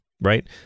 right